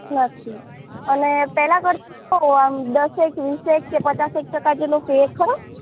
નથી અને પહેલાં કરતાં કેવું આમ દસેક વીસેક કે પચાસેક ટકા જેટલો ફેર ખરો